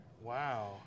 Wow